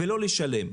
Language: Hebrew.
ולא לשלם.